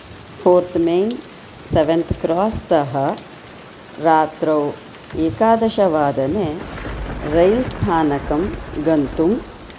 fourth main seventh क्रोस्तः रात्रौ एकादशवादने रेलस्थानकं गन्तुम्